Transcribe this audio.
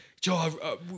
Joe